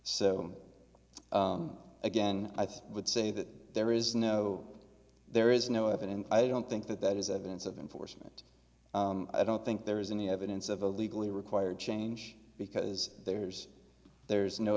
so again i think would say that there is no there is no evidence i don't think that that is evidence of enforcement i don't think there is any evidence of a legally required change because there's there's no